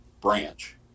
branch